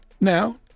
Now